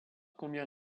combien